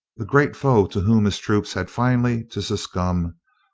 the great foe to whom his troops had finally to succumb,